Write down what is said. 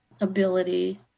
ability